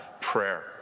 Prayer